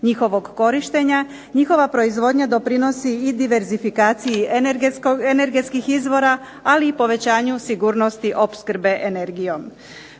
njihovog korištenja, njihova proizvodnja doprinosi i diverzifikaciji energetskih izvora, ali i povećanju sigurnosti opskrbe energijom.